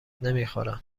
نمیخورند